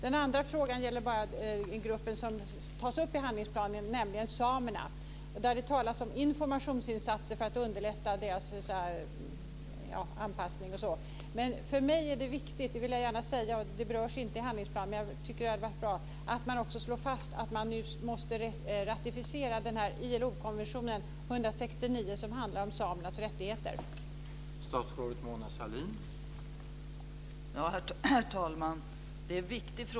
Den andra frågan gäller en grupp som tas upp i handlingsplanen, nämligen samerna. Det talas om informationsinsatser för att underlätta deras anpassning osv. Men jag vill gärna säga att det är viktigt för mig att man också slår fast att man nu måste ratificera ILO-konventionen 169, som handlar om samernas rättigheter.